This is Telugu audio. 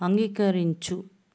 అంగీకరించు